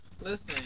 Listen